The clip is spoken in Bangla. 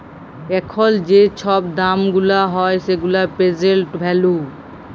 এখল যে ছব দাম গুলা হ্যয় সেগুলা পের্জেল্ট ভ্যালু